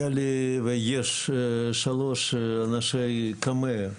היה לי, ויש שלוש אנשי קמ"ע.